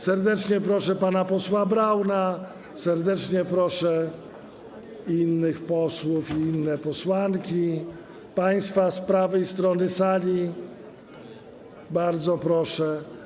Serdecznie proszę pana posła Brauna, serdecznie proszę innych posłów i inne posłanki, państwa z prawej strony sali - bardzo proszę.